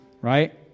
right